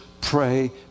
pray